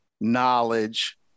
knowledge